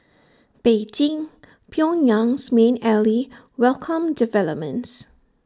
Beijing Pyongyang's main ally welcomed developments